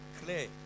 clear